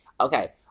Okay